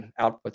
outputs